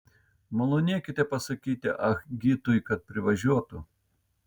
malonėkite pasakyti ah gitui kad privažiuotų